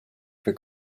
for